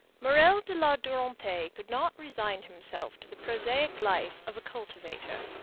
morel de la durantaye could not resign himself to the prosaic life of a cultivator.